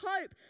hope